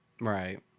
right